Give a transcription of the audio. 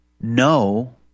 no